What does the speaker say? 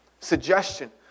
suggestion